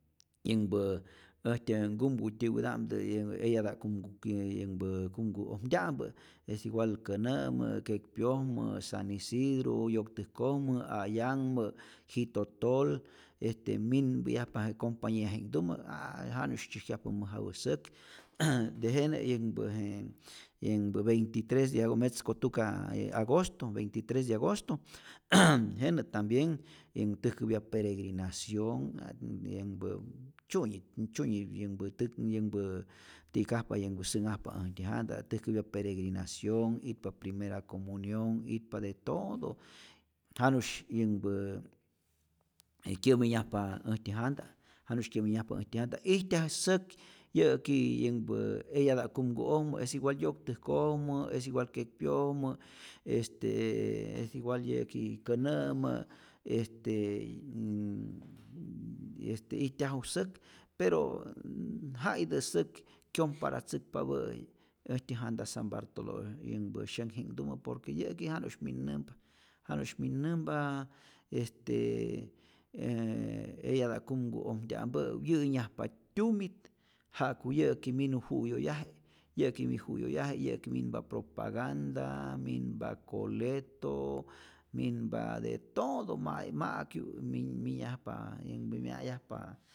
Yänhpä äjtyä nkumku tyäwäta'mtä, yä eyata'p kumku kyä yänhpä kumku'ojmtya'mpä, es igual känä'mä, kekpyojmä, san isigru, yoktäjkojmä, a'yanhmä, jitotol, este minpäyajpa je compañia'ji'knhtumä, a' la janu'sh tzyäjkyajpa mäjapä säk, tejenä yänhpä je yänhpä veintres de ago metz ko tuka eeaa agosto, veintitres de agosto jenä tambien yänh täjkäpya peregrinación, ja yänhpä tzyunyi tzyunyi yänhpä täk yänhpa ti'kajpa yänhpä sä'nhajpa äjtyä janta, täjkäpya peregrinacion, itpa primera comunionh, itpa de todooo, janu'sy yänhpä kyä'minyajpa äjtyä janta, janu'sy kyä'minyajpa äjtyä janta, ijtyaj säk yä'ki yänhpä eyata'p kumku'ojmä, es igual yoktäjkojmä, es igual kekpyojmä, est es igual yä'ki känä'mä, este n n n este ijtyaju säk pero nnn- ja itä säk kyomparatzäkpapä' äjtyä janta san bartolo' syänhji'nhtumä, por que yä'ki janu'sh min'nämpa, janu'sh min'nämpa, est ee eyata'p kumku'ojmtya'mpä'i wyä'nyajpa tyumit ja'ku yä'ki minu ju'yoyaje, yä'ki mi ju'yoyaje, yä'ki minpa propaganda, minpa coleto, minpa de todo ma'i ma'kyu min minyajpa yänh mya'yajpa